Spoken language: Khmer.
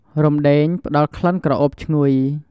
រំដេង ផ្តល់ក្លិនក្រអូបឈ្ងុយ។